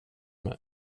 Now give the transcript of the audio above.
med